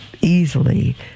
easily